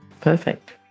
Perfect